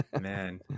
Man